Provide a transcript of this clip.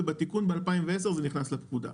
ובתיקון ב-2010 זה נכנס לפקודה.